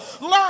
Learn